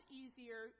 easier